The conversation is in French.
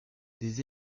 des